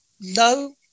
No